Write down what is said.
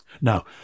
Now